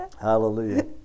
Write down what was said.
Hallelujah